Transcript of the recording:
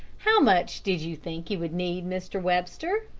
how much did you think you would need, mr. webster?